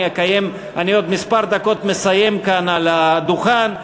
אני עוד כמה דקות מסיים כאן על הדוכן.